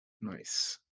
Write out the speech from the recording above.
Nice